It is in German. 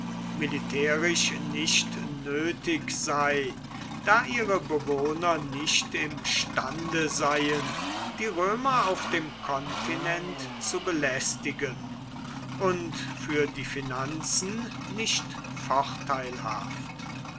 militärisch nicht nötig sei da ihre bewohner nicht imstande seien die römer auf dem kontinent zu belästigen und für die finanzen nicht vorteilhaft